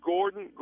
Gordon